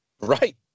Right